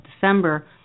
December